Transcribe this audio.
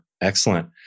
Excellent